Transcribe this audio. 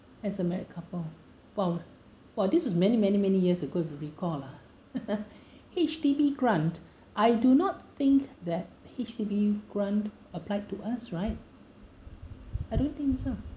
as a married couple !wow! !wah! this was many many many years ago have to recall ah H_D_B grant I do not think that H_D_B grant applied to us right I don't think so